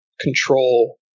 control